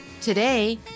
Today